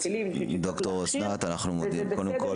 אנחנו מודים לך.